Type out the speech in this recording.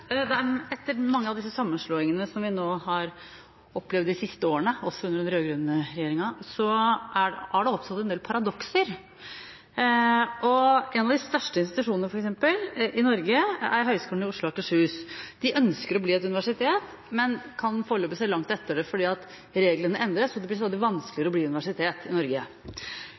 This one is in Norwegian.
Etter mange av disse sammenslåingene som vi nå har opplevd de siste årene, også under den rød-grønne regjeringa, har det oppstått en del paradokser. En av de største institusjonene i Norge er Høgskolen i Oslo og Akershus. De ønsker å bli et universitet, men kan foreløpig se langt etter det, fordi reglene endres, og det blir stadig vanskeligere å bli universitet i Norge.